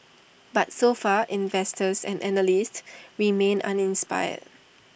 but so far investors and analysts remain uninspired